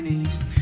east